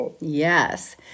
Yes